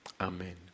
Amen